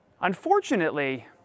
Unfortunately